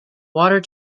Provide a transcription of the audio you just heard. water